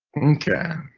ok.